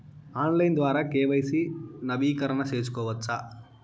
Online ద్వారా KYC నవీకరణ సేసుకోవచ్చా?